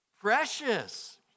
Precious